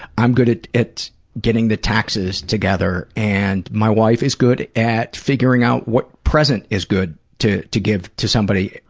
i'm good at at getting the taxes together, and my wife is good at figuring out what present is good to to give to somebody